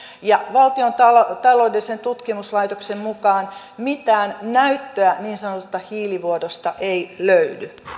ja valtion taloudellisen tutkimuskeskuksen mukaan mitään näyttöä niin sanotusta hiilivuodosta ei löydy